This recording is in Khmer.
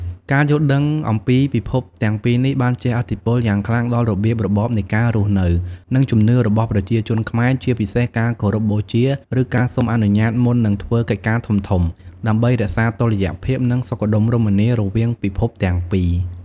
ការយល់ដឹងអំពីពិភពទាំងពីរនេះបានជះឥទ្ធិពលយ៉ាងខ្លាំងដល់របៀបរបបនៃការរស់នៅ និងជំនឿរបស់ប្រជាជនខ្មែរ ជាពិសេសការគោរពបូជា ឬការសុំអនុញ្ញាតមុននឹងធ្វើកិច្ចការធំៗ ដើម្បីរក្សាតុល្យភាព និងសុខដុមរមនារវាងពិភពទាំងពីរ។